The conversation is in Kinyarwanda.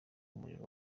umuriro